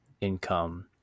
income